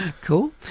cool